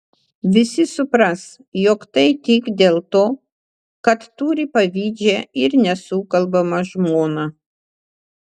visi supras jog tai tik dėl to kad turi pavydžią ir nesukalbamą žmoną